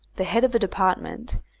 the head of a department,